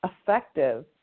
effective